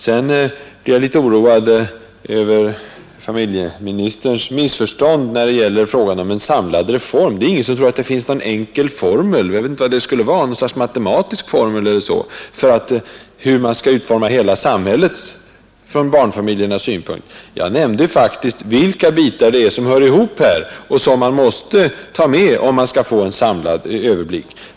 Jag blev litet oroad över familjeministerns missförstånd när det gäller frågan om en samlad reform. Ingen tror att det finns någon enkel formel. Jag vet inte vad det skulle vara — något slags matematisk formel eller liknande för hur man skall utforma hela samhället från barnfamiljernas synpunkt? Jag nämnde faktiskt vilka bitar det är som hör ihop och som man måste ta med, om man skall få en samlad överblick.